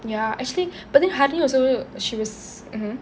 ya actually but then harini also she was mmhmm